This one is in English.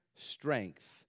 strength